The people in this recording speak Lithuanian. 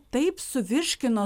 taip suvirškino